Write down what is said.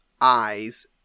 eyes